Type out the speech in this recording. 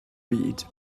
byd